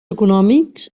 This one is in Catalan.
econòmics